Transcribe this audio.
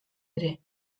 ere